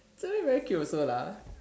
Serene very cute also lah